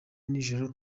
nijoro